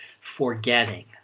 forgetting